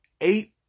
Eight